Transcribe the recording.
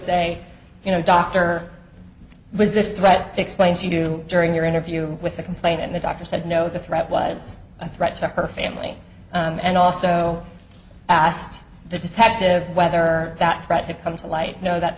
say you know doctor was this threat explains you during your interview with the complaint and the doctor said no the threat was a threat to her family and also asked the detective whether or that threat had come to light you know that